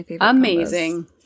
amazing